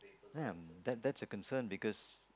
hmm that that's a concern because